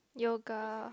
yoga